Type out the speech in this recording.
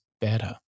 better